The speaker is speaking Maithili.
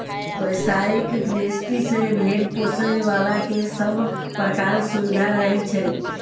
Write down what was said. व्यवसायिक दृष्टि सॅ भेंड़ पोसयबला के सभ प्रकारक सुविधा रहैत छै